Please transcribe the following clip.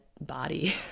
body